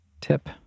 tip